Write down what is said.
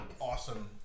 awesome